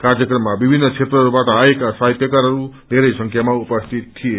कार्यक्रममा विभिन्न क्षेत्रहरूबाट आएका साहित्यकारहरू धेरै संख्यामा उपस्थित थिए